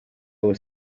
were